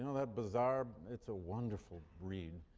that bizarre it's a wonderful read.